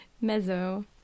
Mezzo